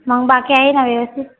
मग बाकी आहे ना व्यवस्थित